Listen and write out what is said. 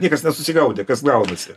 niekas nesusigaudė kas gaunasi